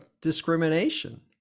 discrimination